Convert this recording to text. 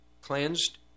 cleansed